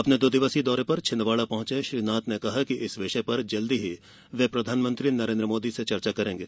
अपने दो दिवसीय दौरे पर छिंदवाड़ा पहुंचे श्री नाथ ने कहा कि इस विषय पर जल्द ही वे प्रधानमंत्री नरेन्द्र मोदी से चर्चा करेंगे